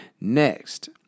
Next